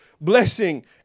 blessing